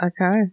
Okay